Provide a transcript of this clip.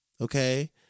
Okay